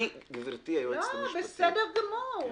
בסדר גמור,